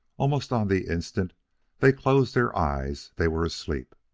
almost on the instant they closed their eyes, they were asleep.